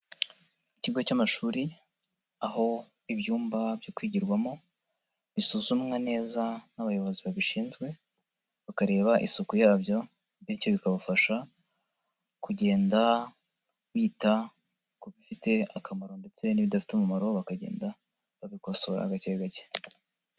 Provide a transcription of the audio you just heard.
Ikigo cy'amashuri aho ibyumba byo kwigirwamo bisuzumwa neza n'abayobozi babishinzwe bakareba isuku yabyo bityo bikabafasha kugenda bita ku bifite akamaro ndetse n'ibidafite umumaro bakagenda bagakosora gakegake.